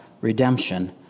redemption